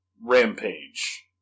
Rampage